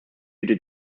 jiġi